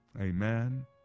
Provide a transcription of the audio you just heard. Amen